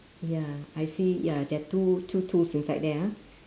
ya I see ya there're two two tools inside there ah